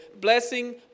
blessing